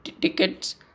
tickets